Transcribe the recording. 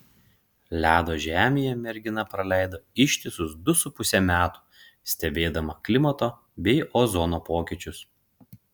ledo žemėje mergina praleido ištisus du su puse metų stebėdama klimato bei ozono pokyčius